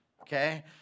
okay